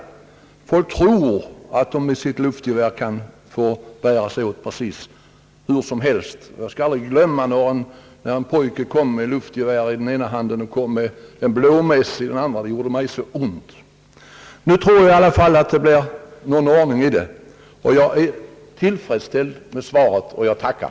Folk tror att de med sitt luftgevär skall få bära sig åt precis hur som helst. Jag skall aldrig glömma när en pojke kom med ett luftgevär i ena handen och en blåmes i den andra. Det gjorde mig så ont. Men nu tror jag i alla fall att det blir någon ordning på detta. Jag är tillfredsställd med svaret, och jag tackar.